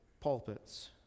pulpits